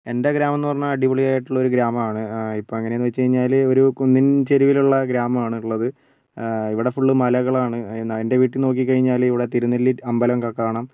എൻ്റെ ഗ്രാമംന്ന് പറഞ്ഞാൽ അടിപൊളിയായിട്ടുള്ളൊരു ഗ്രാമമാണ് ഇപ്പം അങ്ങനെന്ന് വെച്ച് കഴിഞ്ഞാൽ ഒരു കുന്നിൻ ചെരിവിലുള്ള ഗ്രാമമാണ് ഉള്ളത് ഇവിടെ ഫുള്ളും മലകളാണ് എന്നാൽ എൻ്റെ വീട്ടിന്ന് നോക്കി കഴിഞ്ഞാൽ ഇവിടെ തിരുനെല്ലി അമ്പലംക്കെ കാണാം